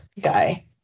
guy